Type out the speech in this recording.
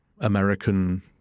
American